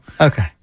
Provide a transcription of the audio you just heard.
Okay